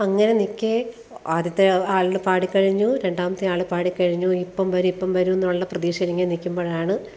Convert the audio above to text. അങ്ങനെ നിൽക്കേ ആദ്യത്തെ ആളിന് പാടിക്കഴിഞ്ഞു രണ്ടാമത്തെ ആൾ പാടിക്കഴിഞ്ഞു ഇപ്പം വരും ഇപ്പം വരുമെന്നുള്ള പ്രതീക്ഷയിലിങ്ങനെ നിൽക്കുമ്പോഴാണ്